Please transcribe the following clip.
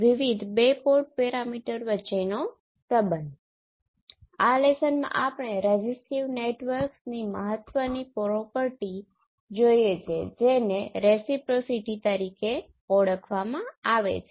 આ પાઠમાં આપણે ઓપ એમ્પ સર્કીટ્સ નો અતિ મહત્વનો ગુણધર્મ માન્ય હોય છે